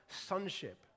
sonship